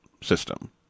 system